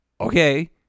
okay